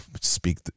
speak